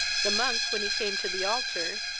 the monk, when he came to the altar,